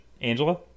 angela